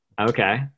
Okay